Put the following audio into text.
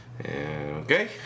Okay